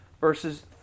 verses